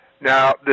Now